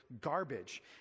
garbage